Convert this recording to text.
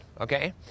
okay